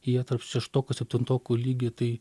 jie tarp šeštokų septintokų lygio tai